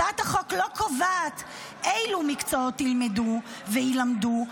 הצעת החוק לא קובעת אילו מקצועות ילמדו ויילמדו,